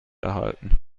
erhalten